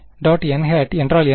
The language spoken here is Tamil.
H·n என்றால் என்ன